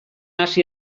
hasi